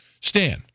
Stan